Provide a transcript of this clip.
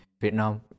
Vietnam